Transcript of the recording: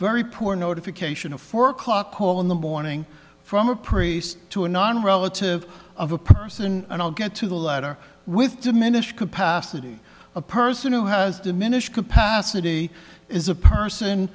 very poor notification of four o'clock poll in the morning from a priest to a non relative of a person and i'll get to the letter with diminished capacity a person who has diminished capacity is a person